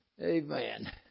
Amen